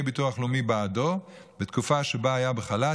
ביטוח לאומי בעדו בתקופה שבה היה בחל"ת,